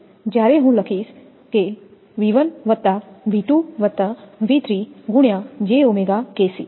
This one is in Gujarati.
જ્યારે હું લખીશ 𝑉1 𝑉2 𝑉3 × 𝑗𝜔𝑘𝑐